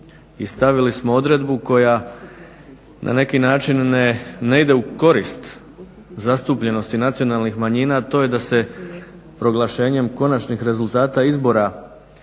I stavili smo odredbu koja na neki način ne ide u korist zastupljenosti nacionalnih manjina, a to je da se proglašenjem konačnih rezultata izbora smatra